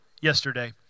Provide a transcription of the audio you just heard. yesterday